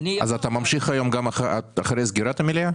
--- אז אתה ממשיך היום גם אחרי סגירת המליאה?